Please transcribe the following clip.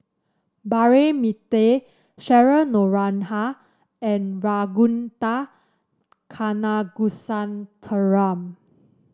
Braema Mathi Cheryl Noronha and Ragunathar Kanagasuntheram